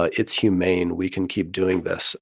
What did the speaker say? ah it's humane. we can keep doing this